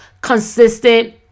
consistent